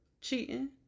Cheating